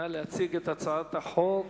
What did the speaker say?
נא להציג את הצעת החוק.